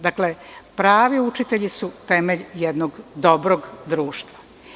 Dakle, pravi učitelji su temelj jednog dobrog društva.